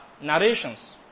narrations